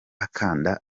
akanda